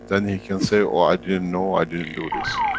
then he can say, oh i didn't know, i didn't do this.